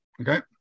Okay